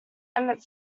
emmett